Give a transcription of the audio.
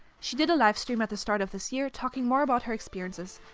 she did a livestream at the start of this year, talking more about her experiences.